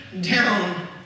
down